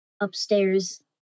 upstairs